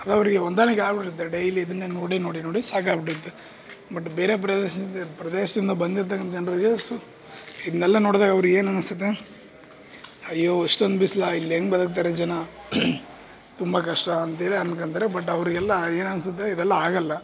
ಹಲವರಿಗೆ ಹೊಂದಾಣಿಕೆ ಆಗ್ಬುಡತ್ತೆ ಡೈಲಿ ಇದನ್ನೇ ನೋಡಿ ನೋಡಿ ನೋಡಿ ಸಾಕಾಗ್ಬುಡತ್ತೆ ಬಟ್ ಬೇರೆ ಪ್ರದೇಶದಿಂದ ಪ್ರದೇಶದಿಂದ ಬಂದಿರ್ತಕ್ಕಂಥ ಜನರಿಗೆ ಸು ಇದ್ನೆಲ್ಲ ನೋಡಿದರೆ ಅವ್ರಿಗೆ ಏನು ಅನುಸ್ತತೆ ಅಯ್ಯೋ ಇಷ್ಟೊಂದು ಬಿಸ್ಲಾ ಇಲ್ಲಿ ಹೆಂಗೆ ಬದುಕ್ತಾರೆ ಜನ ತುಂಬ ಕಷ್ಟ ಅಂತ್ಹೇಳಿ ಅಂದ್ಕಂತಾರೆ ಬಟ್ ಅವ್ರಿಗೆಲ್ಲ ಏನು ಅನ್ಸುತ್ತೆ ಇದೆಲ್ಲ ಆಗಲ್ಲ